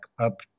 up